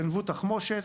גנבו תחמושת.